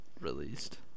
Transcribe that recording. released